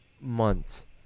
Months